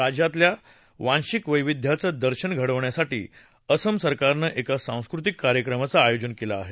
राज्यातील वांशिक वेशियाचं दर्शन घडवण्यासाठी आसाम सरकारनं एका सांस्कृतिक कार्यक्रमाचं आयोजन केलं आहे